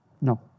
No